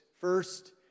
First